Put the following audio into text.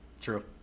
True